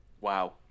Wow